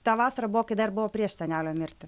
ta vasara buvo kai dar buvo prieš senelio mirtį